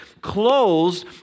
closed